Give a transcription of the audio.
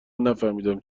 نفهمیدیم